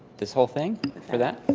this whole thing for that?